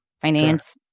finance